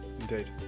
Indeed